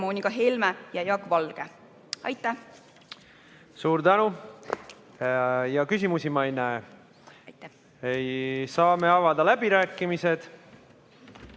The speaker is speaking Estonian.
Helle-Moonika Helme ja Jaak Valge. Aitäh! Suur tänu! Küsimusi ma ei näe. Saame avada läbirääkimised.